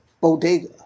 bodega